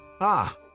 Ah